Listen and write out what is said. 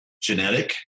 genetic